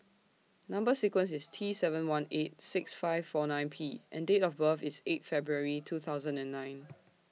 Number sequence IS T seven one eight six five four nine P and Date of birth IS eight February two thousand and nine